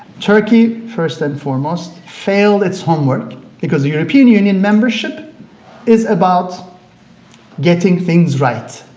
turkey, first and foremost, failed its homework because european union membership is about getting things right.